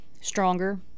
Stronger